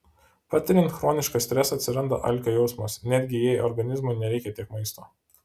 patiriant chronišką stresą atsiranda alkio jausmas netgi jei organizmui nereikia tiek maisto